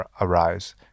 arise